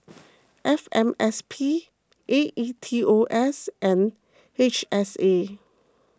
F M S P A E T O S and H S A